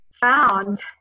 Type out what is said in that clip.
found